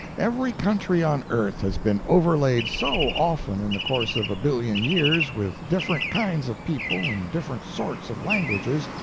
every country on earth has been overlaid so often, in the course of a billion years, with different kinds of people and different sorts of languages,